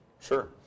Sure